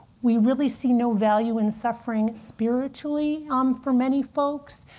we really see no value in suffering spiritually um for many folks.